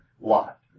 Lot